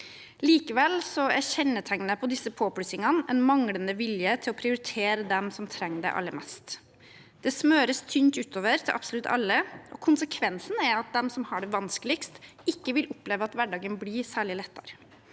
Likevel er kjennetegnet på disse påplussingene en manglende vilje til å prioritere dem som trenger det aller mest. Det smøres tynt utover til absolutt alle, og konsekvensen blir at de som har det vanskeligst, ikke vil oppleve at hverdagen blir særlig lettere.